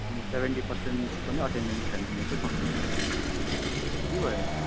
तिम्रो seventy percent पनि attendance छैन निकै कम्ती छ के भयो